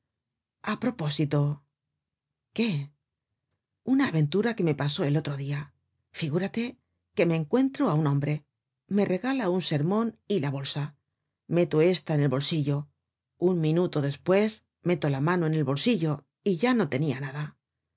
a propósito qué una aventura que me pasó el otro dia figúrate que me encuentro á un hombre me regala un sermon y la bolsa meto esta en el bolsillo un minuto despues meto la mano en el bolsillo y ya no tenia nada